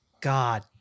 God